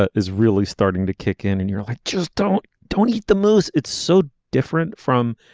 ah is really starting to kick in and you're like just don't don't eat the mousse it's so different from